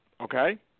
Okay